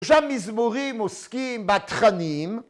‫שם מזמורים עוסקים בתכנים.